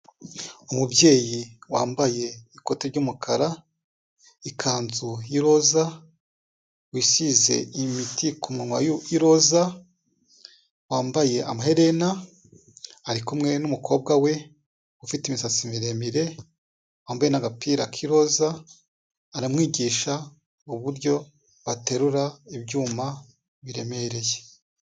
Umubyeyi wambaye ikoti ry'umukara, ikanzu y'iroza, wisize imiti ku ku munwa y'iroza, wambaye amaherena, ari kumwe n'umukobwa we ufite imisatsi miremire, wambaye n'agapira k'iroza, aramwigisha uburyo baterura ibyuma biremereye.